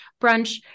brunch